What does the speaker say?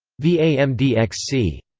v. a. m. d. xc.